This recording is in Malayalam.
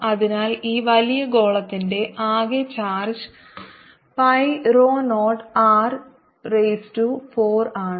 അതിനാൽ ഈ വലിയ ഗോളത്തിന്റെ ആകെ charge pi rho 0 R raise to 4 ആണ്